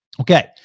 Okay